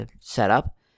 setup